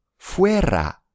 Fuera